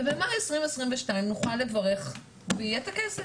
ובמאי 2022 נוכל לברך ויהיה את הכסף.